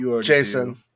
Jason